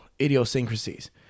idiosyncrasies